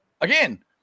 again